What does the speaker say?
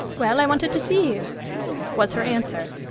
well, i wanted to see you was her answer.